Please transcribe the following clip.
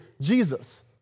Jesus